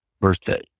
birthday